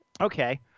Okay